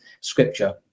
scripture